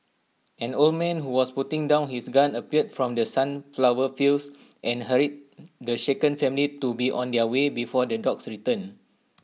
an old man who was putting down his gun appeared from the sunflower fields and hurried the shaken family to be on their way before the dogs return